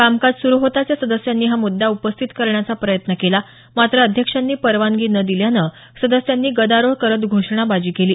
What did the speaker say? कामकाज सुरु होताच या सदस्यांनी हा मुद्दा उपस्थित करण्याचा प्रयत्न केला मात्र अध्यक्षांनी परवानगी न दिल्यानं सदस्यांनी गदारोळ करत घोषणाबाजी केली